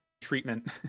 treatment